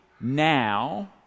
now